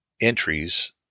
entries